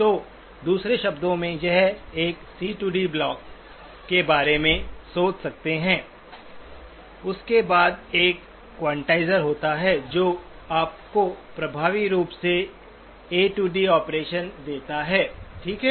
तो दूसरे शब्दों में आप एक C D C D block के बारे में सोच सकते हैं उसके बाद एक क्वांटाइज़र होता है जो आपको प्रभावी रूप से A D A D operation देता है ठीक है